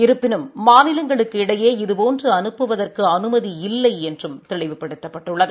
இருப்பினும் மாநிலங்களுக்கு இடையே இதுபோன்று அனுப்புவதற்கு அனுமதி இல்லை என்றும் தெளிவுபடுத்தப்பட்டுள்ளது